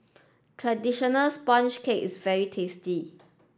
traditional sponge cake is very tasty